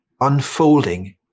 unfolding